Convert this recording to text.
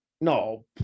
No